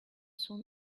soon